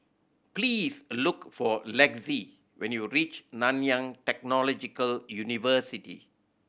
please look for Lexi when you reach Nanyang Technological University